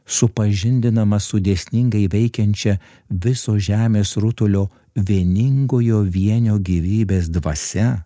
supažindinamas su dėsningai veikiančia viso žemės rutulio vieningojo vienio gyvybės dvasia